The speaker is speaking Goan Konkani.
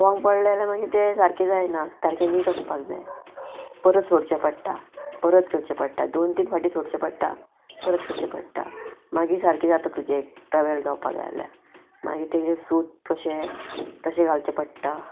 वोंग पडलें जाल्यार मागीर तें सारकें जायना सारकें नीट वचपाक जाय परत सोडचें पडटा परत करचें पडटा दोन तीन फाटीं सोडचें पडटा परत करचें पडटा मागीर सारकें जाता तुजें ट्रॅवल जावपा जाय जाल्यार मागीर तेजे सूत कशें तशें घालचें पडटा